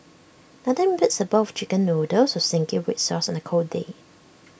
nothing beats A bowl of Chicken Noodles with Zingy Red Sauce on A cold day